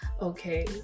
okay